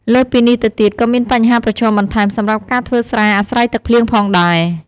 លើសពីនេះទៅទៀតក៏មានបញ្ហាប្រឈមបន្ថែមសម្រាប់ការធ្វើស្រែអាស្រ័យទឹកភ្លៀងផងដែរ។